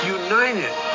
united